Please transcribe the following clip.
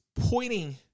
pointing